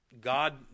God